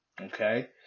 Okay